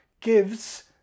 gives